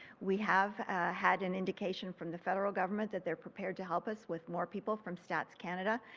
we have had an indication from the federal government that they are prepared to help us with more people from stats canada.